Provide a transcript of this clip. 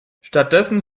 stattdessen